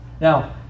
Now